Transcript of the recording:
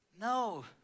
No